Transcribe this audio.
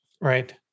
Right